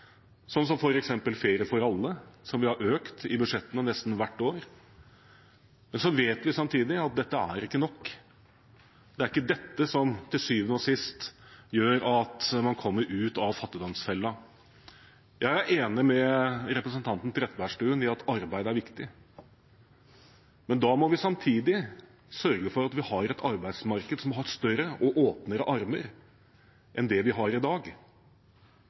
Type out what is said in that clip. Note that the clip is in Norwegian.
sånn som f.eks. Ferie for alle, som vi har økt bevilgningen til i budsjettene nesten hvert år. Men vi vet samtidig at dette ikke er nok. Det er ikke dette som til syvende og sist gjør at man kommer ut av fattigdomsfellen. Jeg er enig med representanten Trettebergstuen i at arbeid er viktig, men da må vi samtidig sørge for at vi har et arbeidsmarked som har større og åpnere armer enn det vi ser i dag.